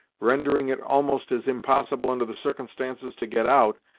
rendering it almost as impossible under the circumstances to get out,